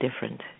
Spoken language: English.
different